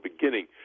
beginning